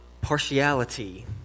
partiality